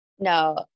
No